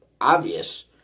obvious